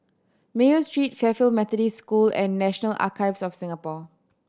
Mayo Street Fairfield Methodist School and National Archives of Singapore